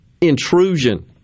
intrusion